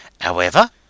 However